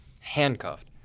Handcuffed